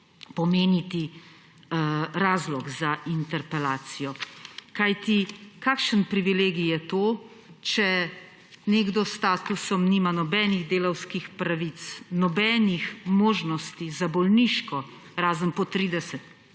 pomeniti razlog za interpelacijo, kajti kakšen privilegij je to, če nekdo s statusom nima nobenih delavskih pravic, nobenih možnosti za bolniško, razen po 30.